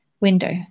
window